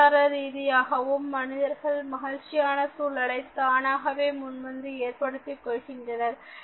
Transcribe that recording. கலாச்சார ரீதியாகவும் மனிதர்கள் மகிழ்ச்சியான சூழலை தானாகவே முன்வந்து ஏற்படுத்திக் கொள்கின்றனர்